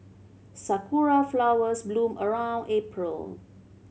sakura flowers bloom around April